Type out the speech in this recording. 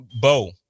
Bo